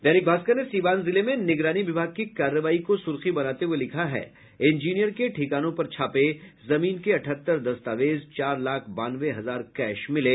दैनिक भास्कर ने सीवान जिले में निगरानी विभाग की कार्रवाई को सुर्खी बनाते हुये लिखा है इंजीनियर के ठिकानों पर छापे जमीन के अठहत्तर दस्तावेज चार लाख बानवे हजार कैश मिले